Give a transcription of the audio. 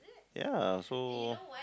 ya so